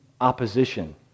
opposition